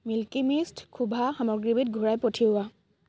milky Mist খোভা সামগ্ৰীবিধ ঘূৰাই পঠিওৱা